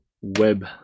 web